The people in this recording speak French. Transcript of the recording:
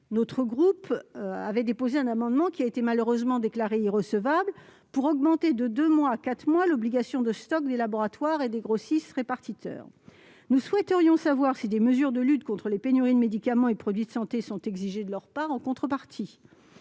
Notre groupe avait déposé un amendement, malheureusement déclaré irrecevable, tendant à faire passer de deux à quatre mois l'obligation de stock des laboratoires et des grossistes-répartiteurs. Nous souhaiterions savoir si des mesures de lutte contre les pénuries de médicaments et de produits de santé leur sont imposées en contrepartie.